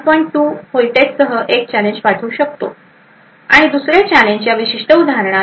2 व्होल्टेजसह एक चॅलेंज पाठवू शकतो आणि दुसरे चॅलेंज या विशिष्ट उदाहरणात